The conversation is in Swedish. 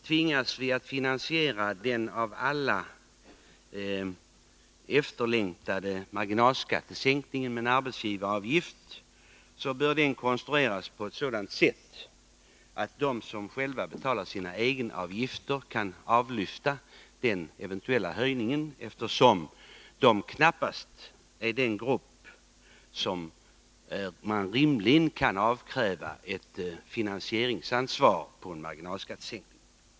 Tvingas vi finansiera den av alla efterlängtade marginalskattesänkningen med en arbetsgivaravgift, bör den konstrueras på ett sådant sätt att de som själva betalar sina egenavgifter kan avlyfta den eventuella höjningen, eftersom de knappast utgör en grupp som rimligen kan avkrävas ett finansieringsansvar för en marginalskattesänkning.